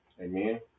Amen